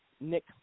Nick